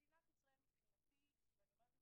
מדינת ישראל מבחינתי - ואני אומרת את זה